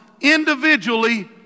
individually